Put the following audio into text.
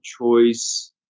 choice